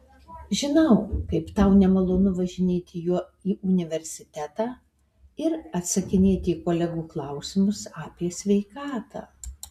žinau kaip tau nemalonu važinėti juo į universitetą ir atsakinėti į kolegų klausimus apie sveikatą